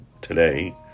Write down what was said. today